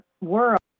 world